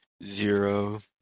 Zero